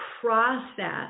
process